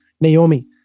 Naomi